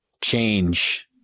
change